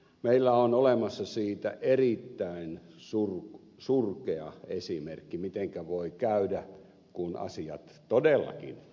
meillä on olemassa siitä erittäin surkea esimerkki mitenkä voi käydä kun asiat todellakin karkaavat käsistä